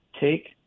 take